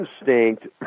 instinct